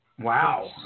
Wow